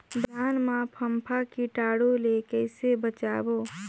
धान मां फम्फा कीटाणु ले कइसे बचाबो?